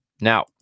Now